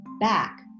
back